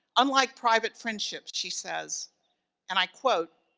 unlike private friendships, she says and i quote,